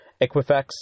Equifax